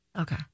Okay